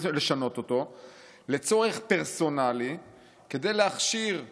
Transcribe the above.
לשנות לצורך פרסונלי כדי להכשיר כהונה,